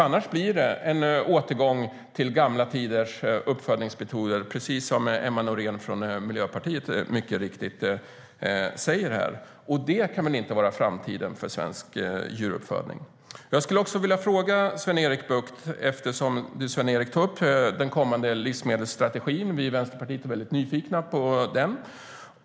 Annars blir det en återgång till gamla tiders uppfödningsmetoder, som Emma Nohrén från Miljöpartiet mycket riktigt säger, och det kan väl inte vara framtiden för svensk djuruppfödning. Jag skulle också vilja ställa en fråga till Sven-Erik Bucht, eftersom han tar upp den kommande livsmedelsstrategin. Vi i Vänsterpartiet är väldigt nyfikna på den.